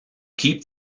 keep